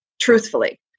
truthfully